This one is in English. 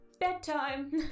Bedtime